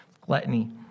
gluttony